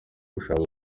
gushaka